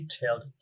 detailed